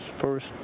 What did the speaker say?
first